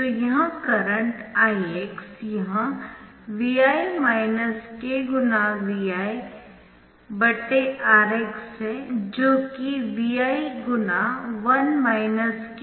तो यह current Ix यह Rx है जो कि Vi×Rx है